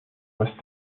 must